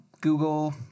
Google